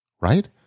right